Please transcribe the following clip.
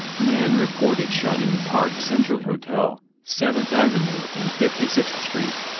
man reported shot in park central hotel, seventh avenue and fifty sixth street.